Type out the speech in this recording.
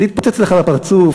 זה התפוצץ לך בפרצוף.